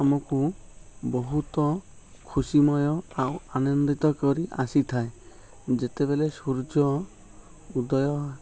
ଆମକୁ ବହୁତ ଖୁସିମୟ ଆଉ ଆନନ୍ଦିତ କରି ଆସିଥାଏ ଯେତେବେଳେ ସୂର୍ଯ୍ୟ ଉଦୟ